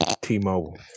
T-Mobile